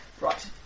Right